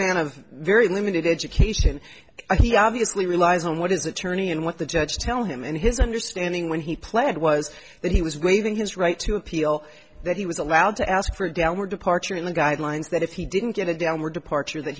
man of very limited education i think obviously relies on what is attorney and what the judge tell him and his understanding when he played was that he was waiving his right to appeal that he was allowed to ask for a downward departure in the guidelines that if he didn't get a downward departure that